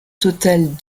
totale